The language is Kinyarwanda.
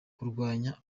kurwanya